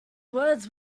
words